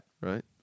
Right